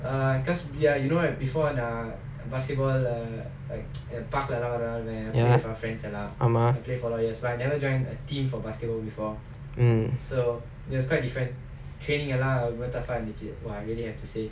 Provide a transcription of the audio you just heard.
ya ஆமா:aamaa